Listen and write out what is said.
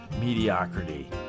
mediocrity